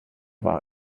war